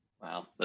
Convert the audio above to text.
Wow